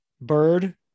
bird